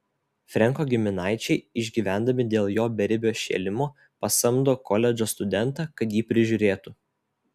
frenko giminaičiai išgyvendami dėl jo beribio šėlimo pasamdo koledžo studentą kad jį prižiūrėtų